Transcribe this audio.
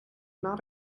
not